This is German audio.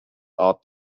art